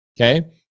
Okay